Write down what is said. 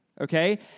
okay